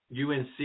UNC